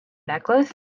necklace